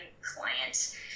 client